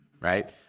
Right